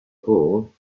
paul